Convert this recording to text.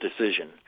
decision